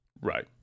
Right